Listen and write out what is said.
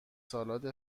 سالاد